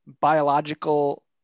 biological